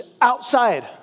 outside